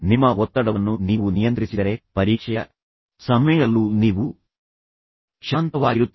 ನಿಮ್ಮ ಒತ್ತಡವನ್ನು ನೀವು ನಿಯಂತ್ರಿಸಿದರೆ ಪರೀಕ್ಷೆಯ ಸಮಯದಲ್ಲೂ ನೀವು ಶಾಂತವಾಗಿರುತ್ತೀರಿ